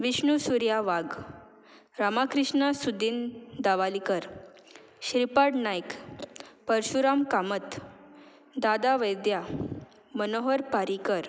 Vishnu Surya Wagh Rama Krishna Sudin Dhavalikar Shripad Naik Parshuram Kamat Dada Vaidya Manohar Parrikar